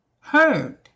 heard